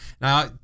Now